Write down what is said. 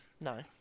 no